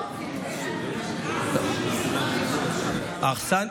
באיזו אכסניה?